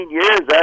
years